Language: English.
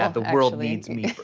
um the world needs me